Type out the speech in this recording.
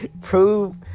prove